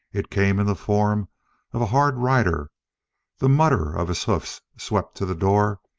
it came in the form of a hard rider the mutter of his hoofs swept to the door,